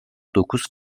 dokuz